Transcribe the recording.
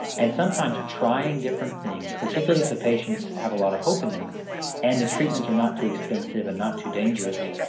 and sometimes trying different things, particularly if the patients have a lot of hope in them and the treatments are not too expensive and not too dangerous,